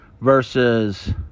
versus